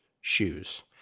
shoes